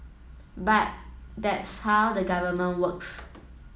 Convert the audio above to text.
but that's how the Government works